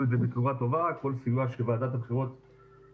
את כל ההנחיות שבריאותית הן